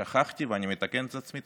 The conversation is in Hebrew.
שכחתי, ואני מתקן את עצמי.